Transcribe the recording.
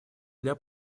для